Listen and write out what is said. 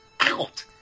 out